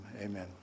amen